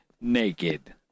naked